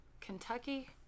Kentucky